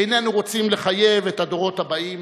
איננו רוצים לחייב את הדורות הבאים".